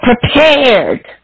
prepared